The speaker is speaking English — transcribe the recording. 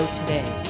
today